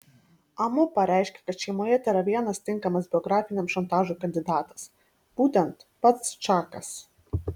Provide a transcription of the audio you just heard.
amu pareiškė kad šeimoje tėra vienas tinkamas biografiniam šantažui kandidatas būtent pats čakas